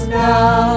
now